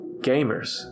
gamers